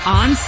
on